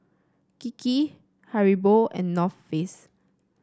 Kiki Haribo and North Face